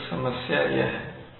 तो समस्या यह है